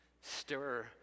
Stir